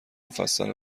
مفصل